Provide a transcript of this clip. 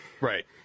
Right